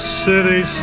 city